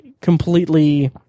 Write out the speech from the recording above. completely